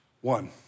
one